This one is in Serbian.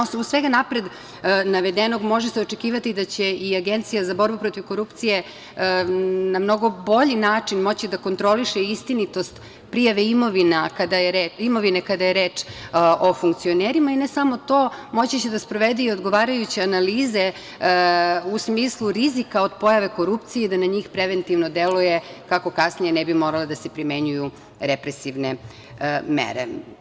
Na osnovu svega napred navedenog može se očekivati da će i Agencija za borbu protiv korupcije na mnogo bolji način moći da kontroliše istinitost prijave imovine kada je reč o funkcionerima i ne samo to, moći će da sprovede i odgovarajuće analize u smislu rizika od pojave korupcije i da na njih preventivno deluje, kako kasnije ne bi morale da se primenjuju represivne mere.